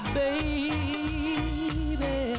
baby